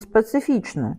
specyficzny